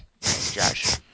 Josh